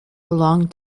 belong